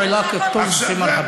לא, כאילו זה התחיל אתמול.